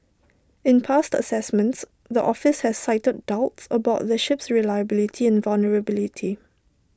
in past assessments the office has cited doubts about the ship's reliability and vulnerability